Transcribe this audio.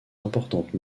importantes